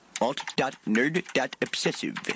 Alt.nerd.obsessive